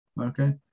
Okay